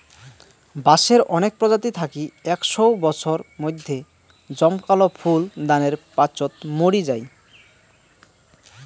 বাঁশের অনেক প্রজাতি থাকি একশও বছর মইধ্যে জমকালো ফুল দানের পাচোত মরি যাই